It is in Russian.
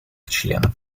членов